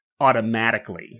automatically